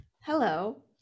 Hello